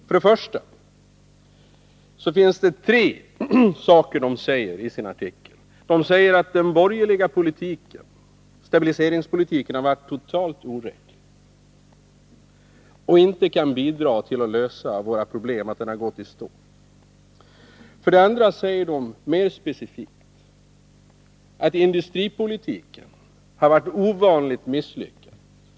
De säger tre saker i sin artikel: För det första säger de beträffande den borgerliga stabiliseringspolitiken att den har varit totalt felaktig, att den inte kan bidra till att lösa våra problem och att den har gått i stå. För det andra säger de mer specifikt att industripolitiken har varit ovanligt misslyckad.